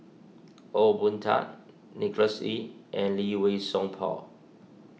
Ong Boon Tat Nicholas Ee and Lee Wei Song Paul